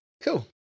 Cool